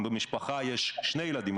אם במשפחה יש שני ילדים,